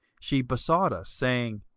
she besought us, saying,